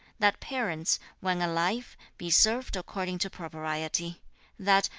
that parents, when alive, be served according to propriety that,